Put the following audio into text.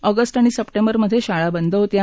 August आणि सप्टेंबरमधे शाळा बंद होत्या